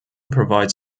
provides